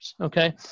okay